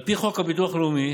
על פי חוק הביטוח הלאומי,